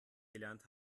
gelernt